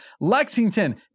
Lexington